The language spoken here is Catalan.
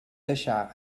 deixar